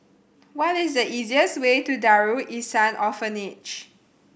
what is the easiest way to Darul Ihsan Orphanage